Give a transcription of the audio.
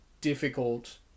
difficult